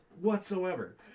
whatsoever